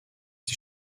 die